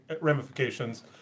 ramifications